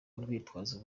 urwitwazo